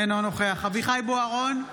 אינו נוכח אביחי אברהם בוארון,